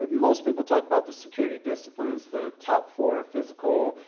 and most people talk about the security disciplines, the top four, physical,